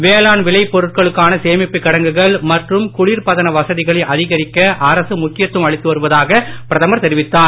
வேளாண் விளைப் பொருட்களுக்கான சேமிப்பு கிடங்குகள் மற்றும் குளிர்பதன வசதிகளை அதிகரிக்க அரசு முக்கியத்துவம் அளித்து வருவதாக பிரதமர் தெரிவித்தார்